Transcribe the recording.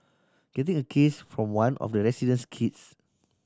getting a kiss from one of the resident's kids